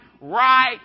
right